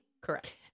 Correct